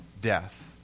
death